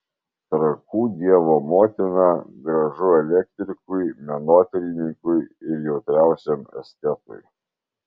trakų dievo motina gražu elektrikui menotyrininkui ir jautriausiam estetui